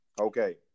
Okay